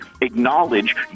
acknowledge